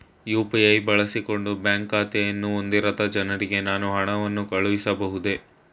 UPI ಬಳಸಿಕೊಂಡು bank ಖಾತೆಯನ್ನು ಹೊಂದಿರದ ಜನರಿಗೆ ನಾನು ಹಣವನ್ನು ಕಳುಹಿಸಬಹುದೇ?